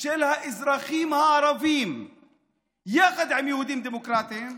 של האזרחים הערבים יחד עם יהודים דמוקרטים,